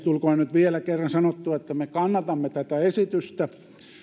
tulkoon nyt vielä kerran sanottua että me kannatamme tätä esitystä